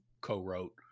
co-wrote